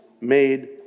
made